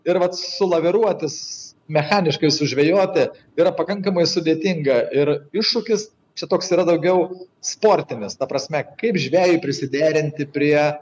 ir vat sulaviruotis mechaniškai sužvejoti yra pakankamai sudėtinga ir iššūkis čia toks yra daugiau sportinis ta prasme kaip žvejui prisiderinti prie